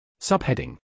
Subheading